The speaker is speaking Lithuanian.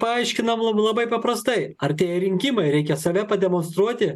paaiškinam lab labai paprastai artėja rinkimai reikia save pademonstruoti